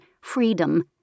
Freedom